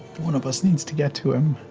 one of us needs to get to him,